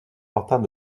partant